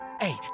hey